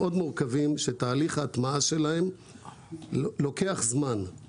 מאוד מורכבים שתהליך ההטמעה שלהם לוקח זמן.